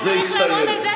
זה הסתיים.